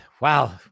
wow